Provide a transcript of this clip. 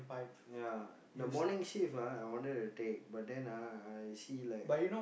ya the morning shift ah I wanted to take but then ah I see like